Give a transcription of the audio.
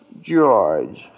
George